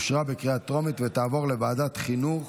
לוועדת החינוך,